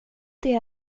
det